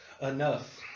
Enough